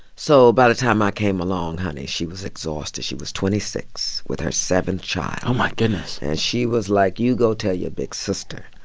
so by the time i came along, honey, she was exhausted. she was twenty six with her seventh child oh, my goodness and she was, like, you go tell your big sister.